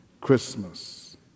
Christmas